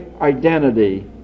identity